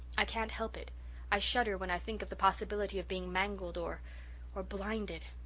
i can't help it i shudder when i think of the possibility of being mangled or or blinded.